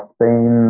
Spain